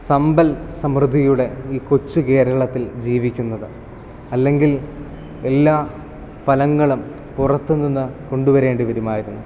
സമ്പൽ സമൃദ്ധിയുടെ ഈ കൊച്ചു കേരളത്തിൽ ജീവിക്കുന്നത് അല്ലെങ്കിൽ എല്ലാ ഫലങ്ങളും പുറത്തു നിന്ന് കൊണ്ടുവരേണ്ടി വരുമായിരുന്നു